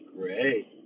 Great